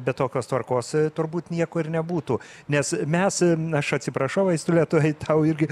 be tokios tvarkos turbūt nieko ir nebūtų nes mes aš atsiprašau aistule tuoj tau irgi